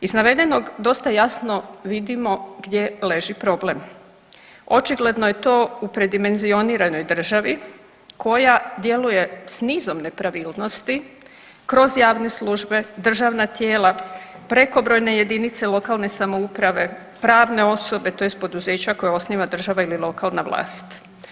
Iz navedenog dosta jasno vidimo gdje leži problem, očigledno je to u predimenzioniranoj državi koja djeluje s nizom nepravilnosti kroz javne službe, državna tijela, prekobrojne jedinice lokalne samouprave, pravne osobe tj. poduzeća koje osniva država ili lokalna vlast.